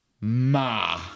ma